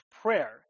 prayer